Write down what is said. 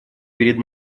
перед